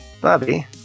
Bobby